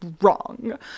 wrong